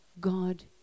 God